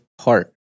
heart